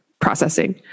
processing